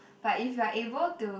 but if you are able to